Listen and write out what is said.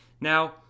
Now